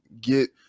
get